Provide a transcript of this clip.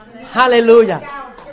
Hallelujah